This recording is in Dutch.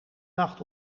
nacht